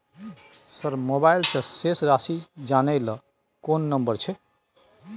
Sir mobile से शेस राशि जानय ल कोन नंबर छै?